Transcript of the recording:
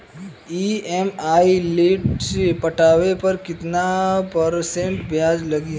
EMI late से पटावे पर कितना परसेंट ब्याज लगी?